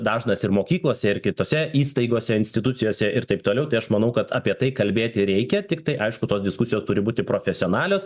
dažnas ir mokyklose ir kitose įstaigose institucijose ir taip toliau tai aš manau kad apie tai kalbėti reikia tiktai aišku tos diskusijos turi būti profesionalios